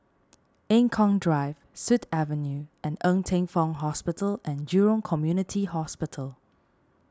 Eng Kong Drive Sut Avenue and Ng Teng Fong Hospital and Jurong Community Hospital